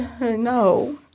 No